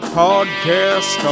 podcast